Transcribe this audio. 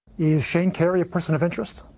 is shane carey a person of interest?